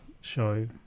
show